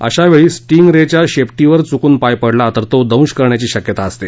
अशावेळी stingray च्या शेपटीवर चुकून पाय पडल्यास तो दश करण्याची शक्यता असते